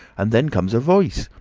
and then comes a voice.